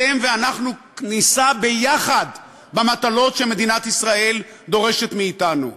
אתם ואנחנו נישא ביחד במטלות שמדינת ישראל דורשת מאתנו,